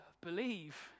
believe